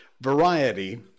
Variety